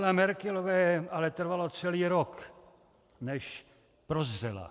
Angele Merkelové ale trvalo celý rok, než prozřela.